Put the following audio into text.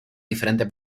diferentes